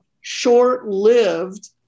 short-lived